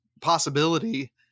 possibility